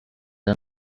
der